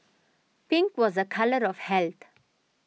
pink was a colour of health